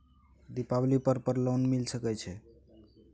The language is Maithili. दीपावली पर्व पर लोन मिल सके छै?